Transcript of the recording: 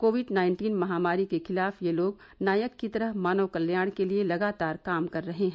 Covid nineteen महानारी के खिलाफ ये लोग नायक की तरह मानव कल्याण के लिए लगातार काम कर रहे हैं